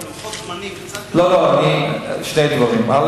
אבל אני רוצה לדבר קצת יותר על לוחות זמנים.